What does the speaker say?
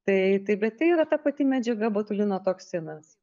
tai tai bet tai yra ta pati medžiaga botulino toksinas